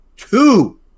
Two